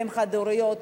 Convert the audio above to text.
והן חד-הוריות,